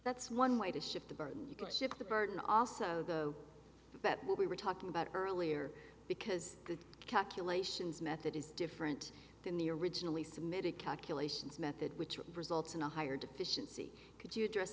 that's one way to shift the burden you could shift the burden also though that what we were talking about earlier because the calculations method is different than the originally submitted calculations method which results in a higher deficiency could you address